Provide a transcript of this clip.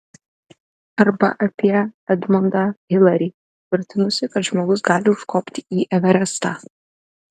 arba apie edmondą hilarį tvirtinusį kad žmogus gali užkopti į everestą